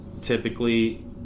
typically